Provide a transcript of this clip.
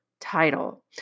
Title